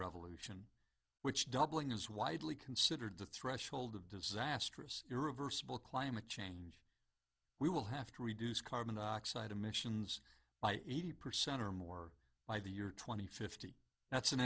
revolution which doubling is widely considered the threshold of disastrous irreversible climate change we will have to reduce carbon dioxide emissions by eighty percent or more by the year two thousand and fifty that's an